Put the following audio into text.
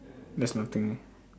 there's nothing